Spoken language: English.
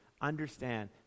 understand